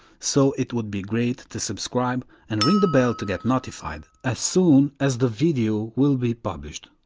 so it would be great to subscribe and ring the bell to get notified as soon as the video will be published.